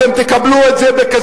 אתם תקבלו את זה בכזה,